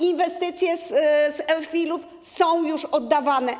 Inwestycje z RFIL są już oddawane.